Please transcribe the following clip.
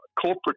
Corporate